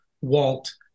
Walt